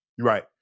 right